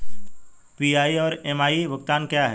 PI और MI भुगतान क्या हैं?